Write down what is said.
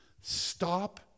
Stop